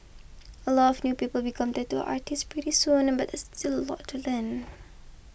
a lot of new people become tattoo artists pretty soon but still a lot to learn